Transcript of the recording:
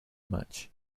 much